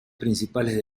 principales